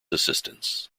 assistance